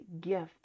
gift